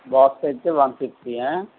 box అయితే one ఫిఫ్టీయా